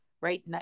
right